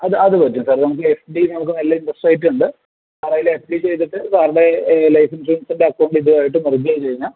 അത് അത് പറ്റും സാർ നമുക്ക് എഫ് ഡി നമുക്ക് നല്ല ഇൻ്ററെസ്റ്റ് റേറ്റ് ഉണ്ട് അതിൽ എഫ് ഡി ചെയ്തിട്ട് സാറുടെ ലൈസെൻസ് അക്കൗണ്ടും ഇതുമായിട്ട് ലിങ്ക് ചെയ്തു കഴിഞ്ഞാൽ